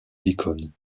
icônes